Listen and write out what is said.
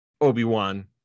Obi-Wan